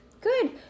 Good